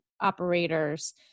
operators